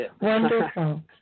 Wonderful